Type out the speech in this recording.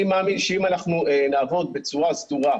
אני מאמין שאם אנחנו נעבוד בצורה סדורה,